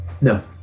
No